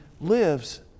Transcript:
lives